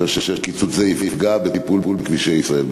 קיצוץ שיפגע בטיפול בכבישי ישראל.